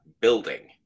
building